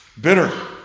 Bitter